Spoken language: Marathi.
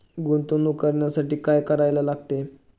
गुंतवणूक करण्यासाठी काय करायला लागते?